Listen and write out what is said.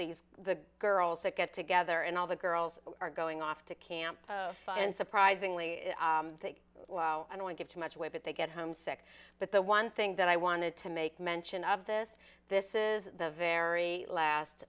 these the girls that get together and all the girls are going off to camp and surprisingly they don't give too much away but they get homesick but the one thing that i wanted to make mention of this this is the very last